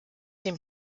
dem